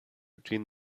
between